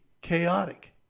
chaotic